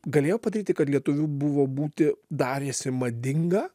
galėjo padaryti kad lietuvių buvo būti darėsi madinga